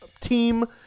team